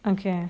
okay